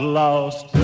lost